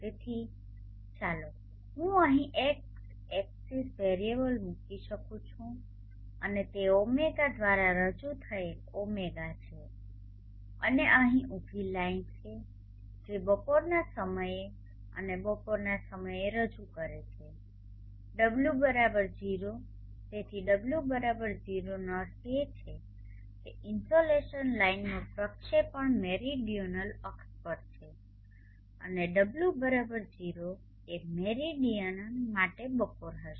તેથી ચાલો હું અહીં x axis વેરીએબલ મૂકી શકું છું અને તે ઓમેગા દ્વારા રજૂ થયેલ ઓમેગા છે અને અહીં ઊભી લાઇન છે જે બપોરના સમયે અને બપોરના સમયે રજૂ કરે છે ω0 તેથી ω0 નો અર્થ એ છે કે ઇનસોલેશન લાઇનનો પ્રક્ષેપણ મેરીડિઓનલ અક્ષ પર છે અને ω0 એ મેરિડીયન માટે બપોર હશે